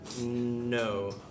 No